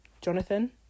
Jonathan